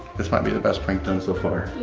this might be the best prank done so far.